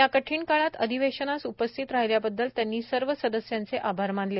या कठीण काळात अधिवेशनास उपस्थित राहिल्याबद्दल त्यांनी सर्व सदस्यांचे आभार मानले